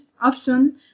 option